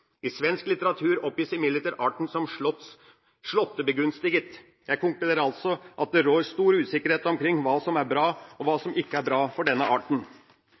I svensk litteratur oppgis imidlertid arten som slåttebegunstiget. Jeg konkluderer altså med at det rår stor usikkerhet omkring hva som er bra og hva som ikke er bra for denne arten.